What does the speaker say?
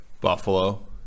Buffalo